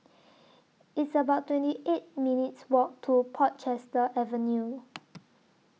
It's about twenty eight minutes' Walk to Portchester Avenue